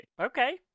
Okay